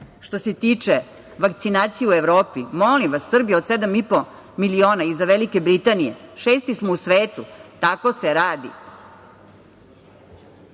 što se tiče vakcinacije u Evropi. Molim vas Srbija od 7,5 miliona, iza Velike Britanije, šesti smo u svetu. Tako se radi. Što